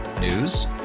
News